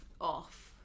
off